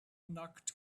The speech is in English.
knocked